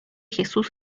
jesús